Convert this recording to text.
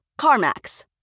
CarMax